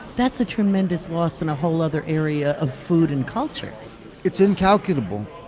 that's a tremendous loss in a whole other area of food and culture it's incalculable.